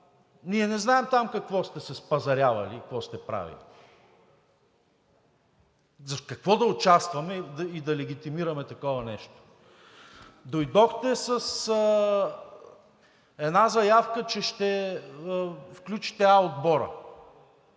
ние не знаем там какво сте се спазарявали и какво сте правили – в какво да участваме и да легитимираме такова нещо. Дойдохте с една заявка, че ще включите А отбора